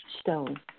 stone